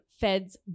Fed's